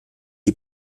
die